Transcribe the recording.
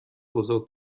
بزرگ